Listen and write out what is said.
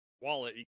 wallet